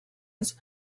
est